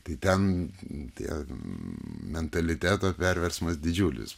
tai ten tie mentaliteto perversmas didžiulis